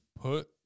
put